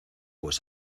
pues